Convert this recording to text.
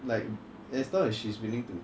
like as long as she's willing to